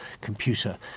computer